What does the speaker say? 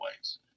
ways